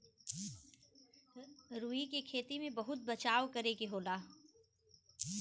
रुई क खेती में बहुत बचाव करे के होला